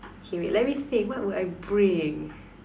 K wait let me think what will I bring